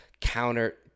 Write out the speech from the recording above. counter